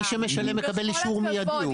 מי שמשלם מקבל אישור מיידי.